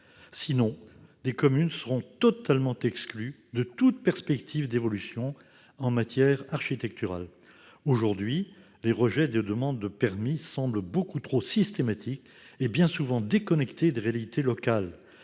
Sinon, des communes seront totalement privées de toute perspective d'évolution en matière architecturale. Aujourd'hui, les rejets des demandes de permis semblent beaucoup trop systématiques et bien souvent déconnectés des réalités locales.